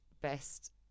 best